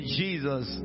jesus